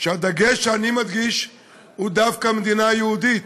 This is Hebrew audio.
שהדגש שאני מדגיש הוא דווקא מדינה יהודית.